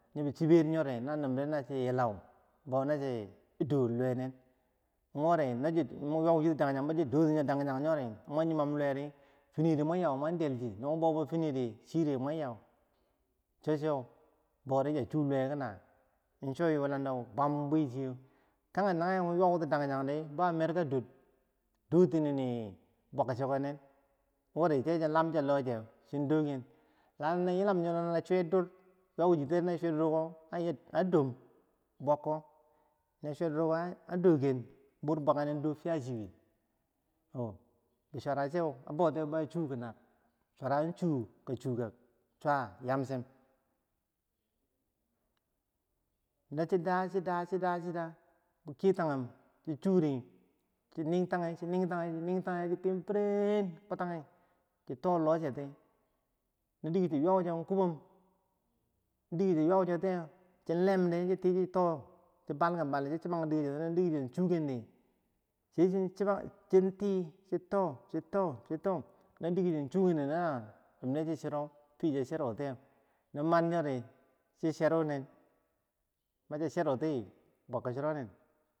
Nyobi chiber nyode, na chi yilau, bo nachi do luwenen, wori na yuwau chiti yo danchandi, bo chi do yo danchanyori, ki kalkuma mun yimom luwei ri finiri mon yau man delchi no mo bou bo finiri chire mwan yau yilau, so so bochiyah sum luweh tiki nah, inso yulandobwam buchiyeh, kage nage no mun yweu tiri bo a mer ka dor doti bwang cheko nen, woti che chi lam che loheu chin doken, lano yilam na suwe dur ywaa chitiye ri nachiye dur kobo an do bwakkonen yah fiyachiwi, am ma bisurau a chuche ka chuka, swer yamchem, no chi da chi da chida mun keytagum chi churi, chinintagi chi ning tagi chi ning tagi chi ning tagi chi tim firen kutagi chi toh loh che ti, no dike cho ywau cho tiye kubom no dike cho ywau cho tiyeh, chin lem di chi tee chi toh chi toh balkenbaleh shi sumang dike soti no suken di, che chin ciba chi te chin toh, no dike so sukendi nanimdeh nasi sirow, nanimeh cha chirow tiyeh, macha cheru ti bwang ko chirow ne.